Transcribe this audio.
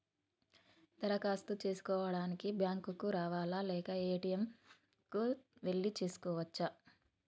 దరఖాస్తు చేసుకోవడానికి బ్యాంక్ కు రావాలా లేక ఏ.టి.ఎమ్ కు వెళ్లి చేసుకోవచ్చా?